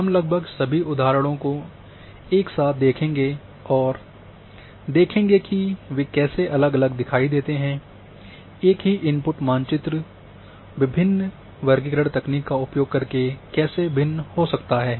हम लगभग सभी उदाहरणों को एक साथ देखेंगे और देखेंगे कि वे कैसे अलग अलग दिखाई देते हैं एक ही इनपुट मानचित्र विभिन्न वर्गीकरण तकनीक का उपयोग करके कैसे भिन्न होते सकता है